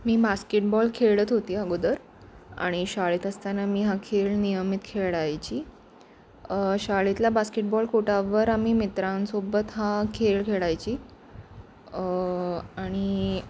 मी basketball खेळत होती अगोदर आणि शाळेत असताना मी हा खेळ नियमित खेळायची शाळेतला बास्केटबॉल कोटावर आम्ही मित्रांसोबत हा खेळ खेळायची आणि